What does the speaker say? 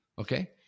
okay